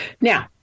Now